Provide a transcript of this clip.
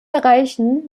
erreichen